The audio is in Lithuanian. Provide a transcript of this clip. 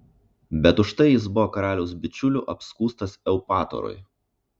bet už tai jis buvo karaliaus bičiulių apskųstas eupatorui